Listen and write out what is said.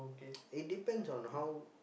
it depends on how